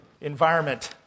environment